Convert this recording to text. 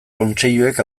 kontseiluek